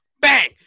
bang